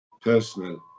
personal